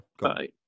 right